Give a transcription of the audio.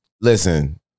Listen